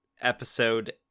episode